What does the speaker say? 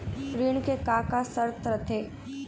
ऋण के का का शर्त रथे?